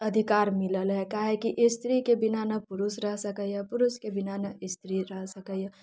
अधिकार मिलल हय काहेकि स्त्रीके बिना नहि पुरुष रहि सकैया पुरुषके बिना नहि स्त्री रहि सकैया